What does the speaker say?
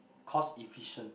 cost efficient